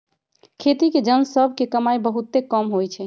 खेती के जन सभ के कमाइ बहुते कम होइ छइ